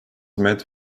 met